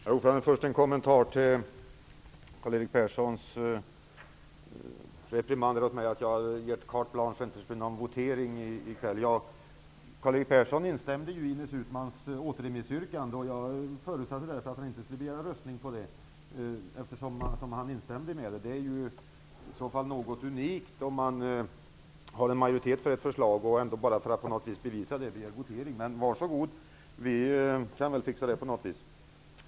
Herr talman! Först en kommentar angående Karl Erik Perssons reprimander åt mig för att jag skulle ha gett carte blanche för att det inte skulle bli någon votering i kväll. Karl-Erik Persson instämde ju i Ines Uusmanns återremissyrkande, och jag förutsatte därför att han inte skulle begära röstning. Det är ju i så fall något unikt om han begär votering bara för att bevisa att det finns majoritet för ett förslag. Men varsågod! Vi kan väl fixa det på något vis.